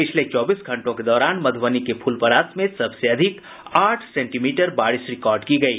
पिछले चौबीस घंटों के दौरान मधुबनी के फुलपरास में सबसे अधिक आठ सेंटीमीटर बारिश रिकॉर्ड की गयी